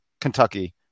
Kentucky